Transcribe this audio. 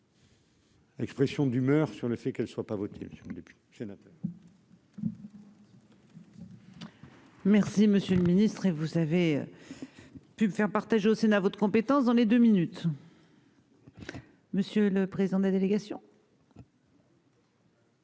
Expression d'humeur sur le fait qu'elle soit pas votre diminution depuis Gênes. Merci monsieur le ministre, et vous avez pu me faire partager au Sénat votre compétence dans les 2 minutes. Monsieur le président de la délégation.